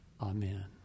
Amen